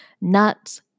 nuts